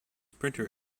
printer